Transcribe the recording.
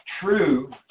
true